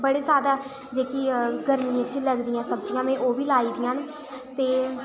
बड़ी जैदा जेह्की गर्मियें च लगदियां सब्जियां ओह् बी लाई दियां न ते